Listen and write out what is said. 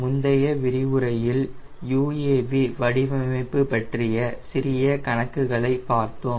முந்தைய விரிவுரையில் UAV வடிவமைப்பு பற்றிய சிறிய கணக்குகளை பார்த்தோம்